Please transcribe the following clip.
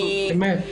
אמת.